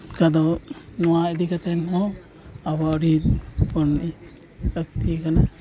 ᱚᱱᱠᱟ ᱫᱚ ᱱᱚᱣᱟ ᱤᱫᱤ ᱠᱟᱛᱮ ᱦᱚᱸ ᱟᱵᱚ ᱟᱹᱰᱤ ᱞᱟᱹᱠᱛᱤ ᱠᱟᱱᱟ